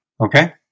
Okay